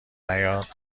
نیاد